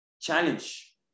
challenge